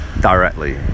directly